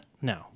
no